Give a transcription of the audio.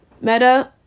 Meta